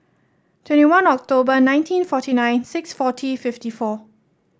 twenty one October nineteen forty nine six forty fifty four